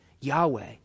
Yahweh